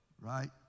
Right